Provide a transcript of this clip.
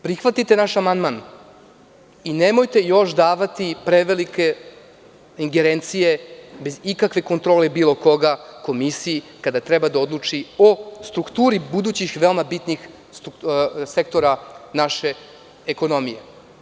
Prihvatite naš amandman i nemojte još davati prevelike ingerencije bez ikakve kontrole bilo koga, komisiji kada treba da odluči o strukturi budućih veoma bitnih sektora naše ekonomije.